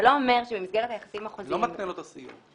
זה לא אומר שבמסגרת היחסים החוזיים --- אני לא מתנה לו את הסיום.